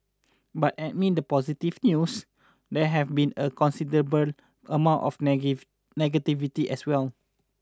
but amid the positive news there have been a considerable amount of negativity as well